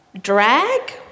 drag